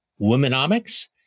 Womenomics